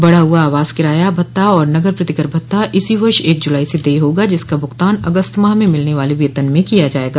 बढ़ा हुआ आवास किराया भत्ता और नगर प्रतिकर भत्ता इसी वर्ष एक जुलाई से देय होगा जिसका भुगतान अगस्त माह में मिलने वाले वेतन में किया जायेगा